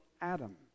Adam